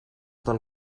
del